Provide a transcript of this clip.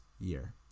year